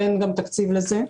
ואין גם תקציב לזה,